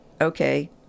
okay